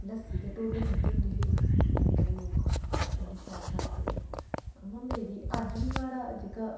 लस्सी ते ढोडे खंदे होदे है पैहले पैहले लोक इन्ने शैल ताकतबर ऊआं मेर अज्ज बी मेरा जेहका